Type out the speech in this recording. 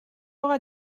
aura